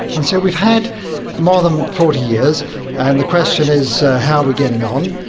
and so we've had more than forty years and the question is, how are we getting on?